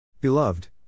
Beloved